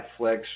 Netflix